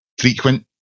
frequent